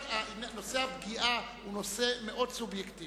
נושא הפגיעה הוא נושא סובייקטיבי מאוד.